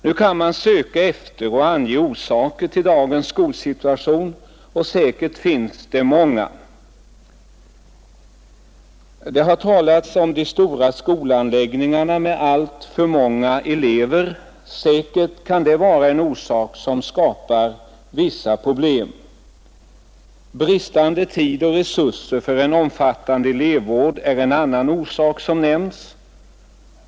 Nu kan man söka efter och ange orsakerna till dagens skolsituation, och säkert finns det många orsaker. Det har t.ex. talats om de stora skolanläggningarna med alltför många elever. Säkert kan de vara en orsak till vissa problem. Bristande tid och resurser för en omfattande elevvård är ett par andra orsaker som nämnts.